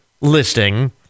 listing